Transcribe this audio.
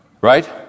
Right